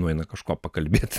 nueina kažko pakalbėt